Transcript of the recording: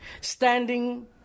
standing